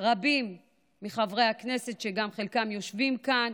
רבים מחברי הכנסת, שחלקם גם יושבים כאן,